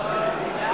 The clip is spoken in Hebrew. ההצעה